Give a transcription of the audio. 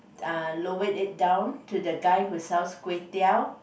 uh lowered it down to the guy who sells Kway-Teow